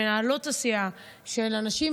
למנהלות הסיעות,